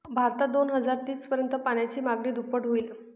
भारतात दोन हजार तीस पर्यंत पाण्याची मागणी दुप्पट होईल